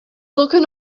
looking